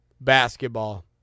basketball